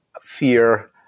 fear